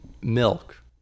milk